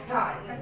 time